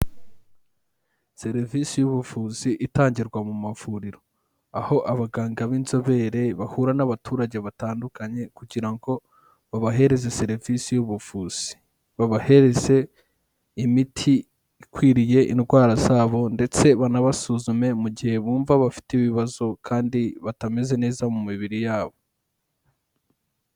Serivisi y'ubuvuzi itangirwa mu mavuriro, aho abaganga b'inzobere bahura n'abaturage batandukanye kugira ngo babahereze serivisi y'ubuvuzi, babahereze imiti ikwiriye indwara zabo ndetse banabasuzume mu gihe bumva bafite ibibazo kandi batameze neza mu mibiri yabo.